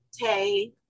Tay